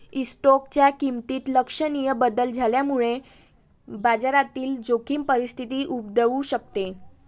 स्टॉकच्या किमतीत लक्षणीय बदल झाल्यामुळे बाजारातील जोखीम परिस्थिती उद्भवू शकते